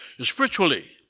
Spiritually